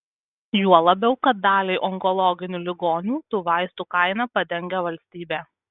juo labiau kad daliai onkologinių ligonių tų vaistų kainą padengia valstybė